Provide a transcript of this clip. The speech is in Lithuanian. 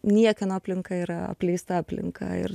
niekieno aplinka yra apleista aplinka ir